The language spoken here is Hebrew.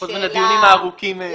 לשאלה ולדיונים.